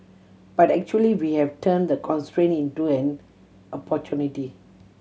but actually we have turned the constraint into an opportunity